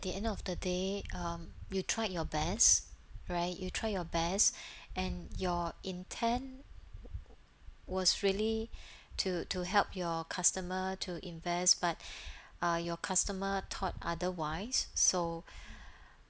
the end of the day um you tried your best right you try your best and your intent was really to to help your customer to invest but uh your customer thought otherwise so